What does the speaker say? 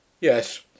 yes